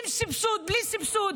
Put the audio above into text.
עם סבסוד, בלי סבסוד.